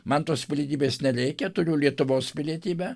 man tos pilietybės nereikia turiu lietuvos pilietybę